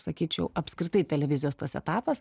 sakyčiau apskritai televizijos tas etapas